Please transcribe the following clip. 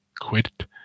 quit